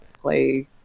play